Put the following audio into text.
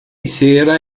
sera